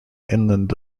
inland